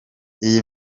iyi